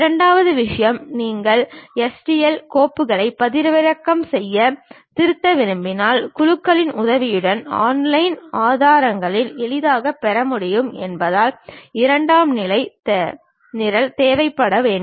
இரண்டாவது விஷயம் நீங்கள் STL கோப்புகளை பதிவிறக்கம் செய்து திருத்த விரும்பினால் குழுக்களின் உதவியுடன் ஆன்லைன் ஆதாரங்களில் எளிதாகப் பெற முடியும் என்பதால் இரண்டாம் நிலை நிரல் தேவைப்பட வேண்டும்